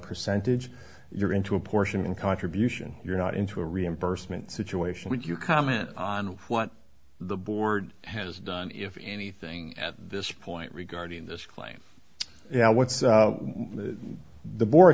percentage you're going to apportion in contribution you're not into a reimbursement situation would you comment on what the board has done if anything at this point regarding this claim now what's the board